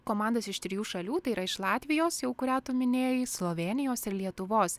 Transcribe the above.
komandas iš trijų šalių tai yra iš latvijos jau kurią tu minėjai slovėnijos ir lietuvos